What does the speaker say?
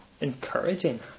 encouraging